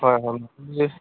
হয় হয় আপুনি